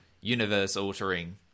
universe-altering